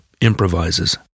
improvises